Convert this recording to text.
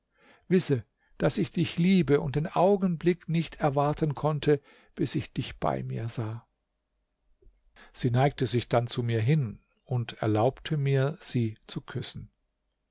wisse daß ich dich liebe und den augenblick nicht erwarten konnte bis ich dich bei mir sah sie neigte sich dann zu mir hin und erlaubte mir sie zu küssen